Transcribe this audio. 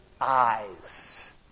eyes